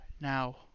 now